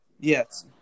Yes